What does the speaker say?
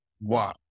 Wow